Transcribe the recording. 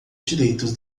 direitos